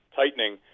tightening